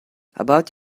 about